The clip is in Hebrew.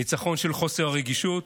ניצחון של חוסר הרגישות?